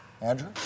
andrew